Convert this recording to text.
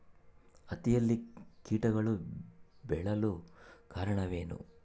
ಹತ್ತಿಯಲ್ಲಿ ಕೇಟಗಳು ಬೇಳಲು ಕಾರಣವೇನು?